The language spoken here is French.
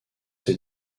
ses